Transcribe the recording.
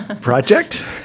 project